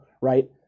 right